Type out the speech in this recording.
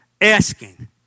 Asking